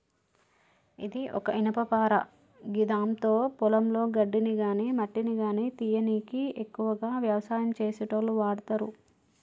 ఇది ఒక ఇనుపపార గిదాంతో పొలంలో గడ్డిని గాని మట్టిని గానీ తీయనీకి ఎక్కువగా వ్యవసాయం చేసేటోళ్లు వాడతరు